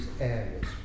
areas